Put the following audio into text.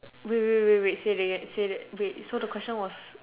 wait wait wait wait wait say that so the question was